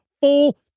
full